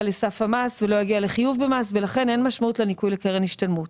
לסף המס ולא יגיע לחיוב במס ולכן אין משמעות לניכוי לקרן השתלמות.